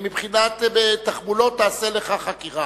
מבחינת בתחבולות תעשה לך חקירה.